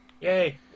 Yay